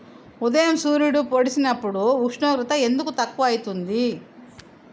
ఉదయం సూర్యుడు పొడిసినప్పుడు ఉష్ణోగ్రత ఎందుకు తక్కువ ఐతుంది?